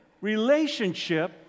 relationship